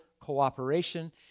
cooperation